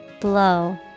Blow